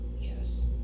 yes